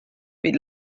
wie